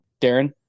Darren